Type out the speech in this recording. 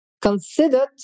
considered